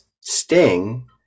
sting